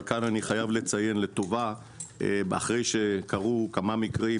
אבל כאן אני חייב לציין לטובה אחרי שקרו כמה מקרים,